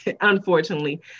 unfortunately